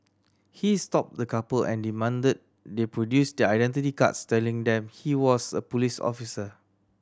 he stopped the couple and demanded they produce their identity cards telling them he was a police officer